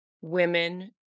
women